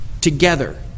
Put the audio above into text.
together